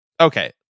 Okay